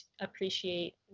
appreciate